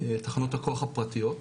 הכוח הפרטיות.